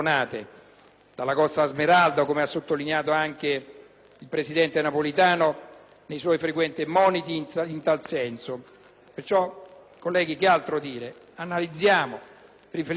dalla costa Smeralda. Lo ha sottolineato anche il presidente Napolitano nei suoi frequenti moniti in tal senso. Colleghi, che altro dire? Analizziamo e riflettiamo.